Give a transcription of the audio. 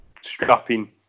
strapping